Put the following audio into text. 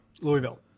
Louisville